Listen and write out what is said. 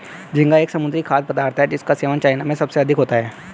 झींगा एक समुद्री खाद्य पदार्थ है जिसका सेवन चाइना में सबसे अधिक होता है